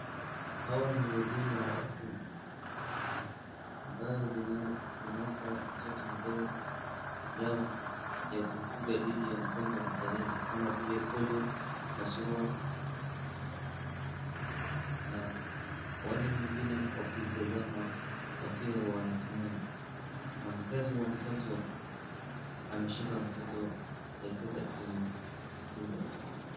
Hawa ni wahudumu wa afya ambaye zinaofa mtoto mdogo dawa ya kufuga dhidi ya hatarini kama vile Polio, nasurwa na wale wengine wakitazama wakiwa wanasimama na mzazi wa mtoto ameshika mtoto daktari akimdunga.